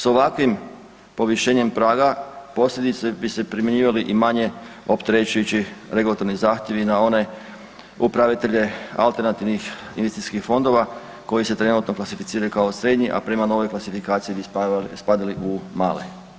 S ovakvim povišenjem praga … bi se primjenjivali i manje opterećujući regulatorni zahtjevi na one upravitelje alternativnih investicijskih fondova koji se trenutno klasificiraju kao srednji, a prema novoj klasifikaciji bi spadali u male.